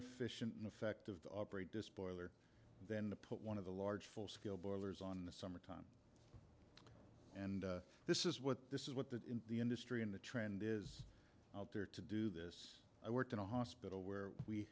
efficient and effective to operate this boiler then to put one of the large full scale boilers on the summer and this is what this is what the in the industry and the trend is there to do this i worked in a hospital where we